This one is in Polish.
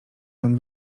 pan